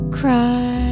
cry